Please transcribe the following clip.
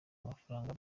amafaranga